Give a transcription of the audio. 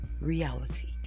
reality